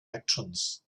actions